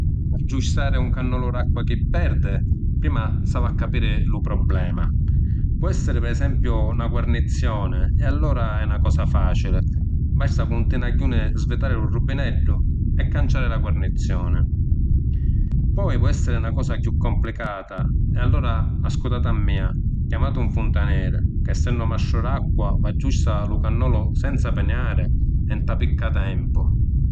P’aggiustari un cannolu d’acqua chi perdi prima s’havi a capiri lu problema. Po’ esseri, pi esempiu, na guarnizioni e allura è na cosa facili, basta c’un tinagghiuni svitari lu rubineddu e canciàri la guarnizioni. Poi po’ esseri na cosa chiù complicata e, allura, ascutati a mia, chiamati un funtaneri, ca essennu mastru d’acqua, v’aggiusta lu cannolu senza piniàri e nta picca tempu.